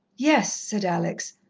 yes, said alex.